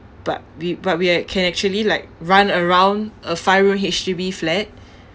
but we but we had can actually like run around a five-room H_D_B flat